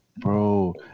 bro